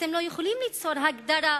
אתם לא יכולים ליצור הגדרה,